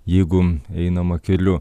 jeigu einama keliu